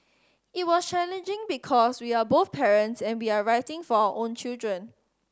it was challenging because we are both parents and we are writing for our own children